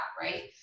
Right